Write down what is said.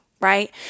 right